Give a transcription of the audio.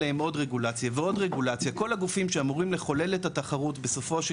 כל הגופים שאמורים לחולל את התחרות בסופו של